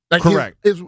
Correct